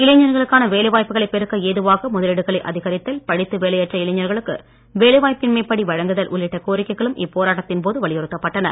இளைஞர்களுக்கான வேலைவாய்ப்புகளை பெருக்க ஏதுவாக முதலீடுகளை அதிகரித்தல் படித்து வேலையற்ற இளைஞர்களுக்கு வேலைவாய்ப்பின்மைப் படி வழங்குதல் உள்ளிட்ட கோரிக்கைகளும் இப்போராட்டத்தின் போது வலியுறுத்தப்பட்டன